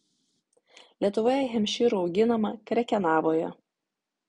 lietuvoje hempšyrų auginama krekenavoje